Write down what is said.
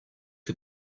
est